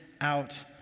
out